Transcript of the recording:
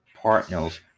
partners